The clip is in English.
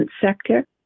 sector